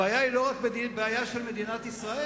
הבעיה היא לא רק בעיה של מדינת ישראל.